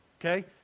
okay